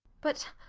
but